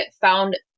found